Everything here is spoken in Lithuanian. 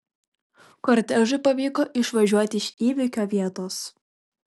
kortežui pavyko išvažiuoti iš įvykio vietos